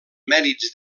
mèrits